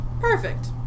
Perfect